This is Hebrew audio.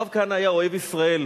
הרב כהנא היה אוהב ישראל.